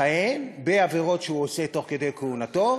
מכהן בעבירות שהוא עושה תוך כדי כהונתו.